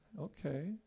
okay